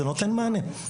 זה נותן מענה.